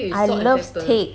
I love steak